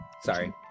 sorry